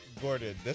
Gordon